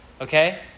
okay